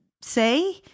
say